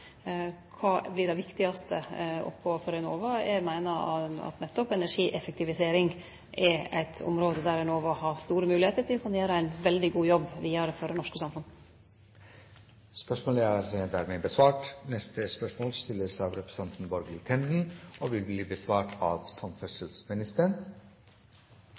Kva vert dei viktigaste oppgåvene for Enova? Eg meiner at nettopp energieffektivisering er eit område der Enova har store moglegheiter til å kunne gjere ein veldig god jobb vidare for det norske samfunnet. Spørsmål 6 er besvart tidligere. Jeg har følgende spørsmål